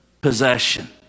possession